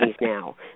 now